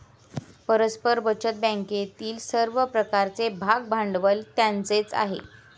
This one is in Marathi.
परस्पर बचत बँकेतील सर्व प्रकारचे भागभांडवल त्यांचेच आहे